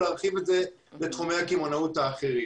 להרחיב את זה לתחומי הקמעונאות האחרים.